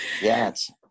Yes